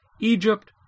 Egypt